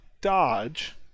dodge